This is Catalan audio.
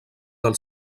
del